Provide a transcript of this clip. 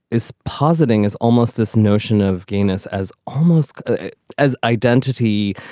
is positing is almost this notion of gayness as almost as identity.